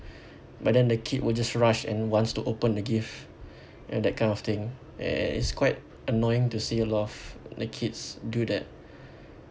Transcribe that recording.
but then the kid will just rush and wants to open the gift you know that kind of thing and it's quite annoying to see a lot of the kids do that